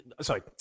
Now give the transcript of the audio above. sorry